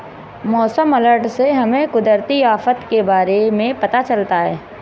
मौसम अलर्ट से हमें कुदरती आफत के बारे में पता चलता है